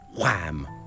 wham